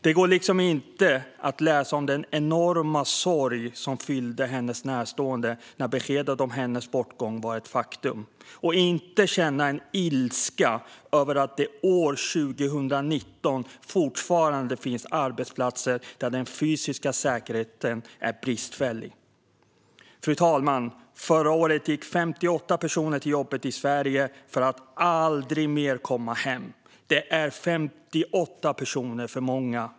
Det går liksom inte att läsa om den enorma sorg som fyllde hennes närstående när beskedet om hennes bortgång nådde dem och inte känna ilska över att det år 2019 fortfarande finns arbetsplatser där den fysiska säkerheten är bristfällig. Fru talman! Förra året gick 58 personer till jobbet i Sverige för att aldrig mer komma hem. Det är 58 personer för många.